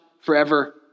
forever